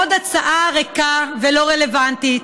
עוד הצעה ריקה ולא רלוונטית,